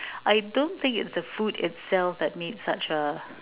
I don't think it's the food itself that made such a